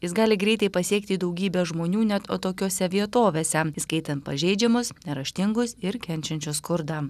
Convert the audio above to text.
jis gali greitai pasiekti daugybę žmonių net atokiose vietovėse įskaitant pažeidžiamus neraštingus ir kenčiančius skurdą